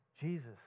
Jesus